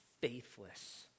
faithless